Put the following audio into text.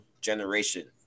generation